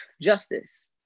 justice